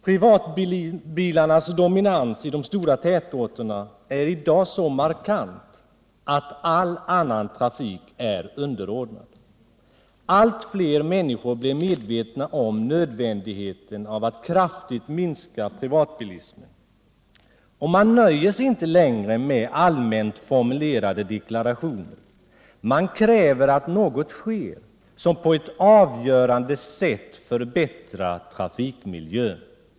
Privatbilarnas dominans i de stora tätorterna är i dag så markant att all annan trafik är underordnad. Allt fler människor blir medvetna om nödvändigheten av att kraftigt minska privatbilismen, och man nöjer sig inte längre med allmänt formulerade deklarationer. Man kräver att något sker som på ett avgörande sätt förbättrar trafikmiljön.